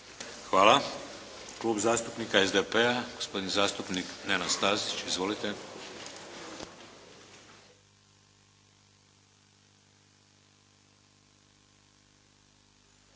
Hvala. Klub zastupnika SDP-a, uvaženi zastupnik Nenad Stazić. Izvolite.